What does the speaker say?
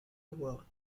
award